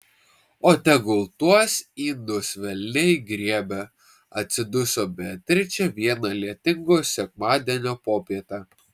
o tegul tuos indus velniai griebia atsiduso beatričė vieną lietingo sekmadienio popietę